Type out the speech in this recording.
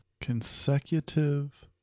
Consecutive